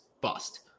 bust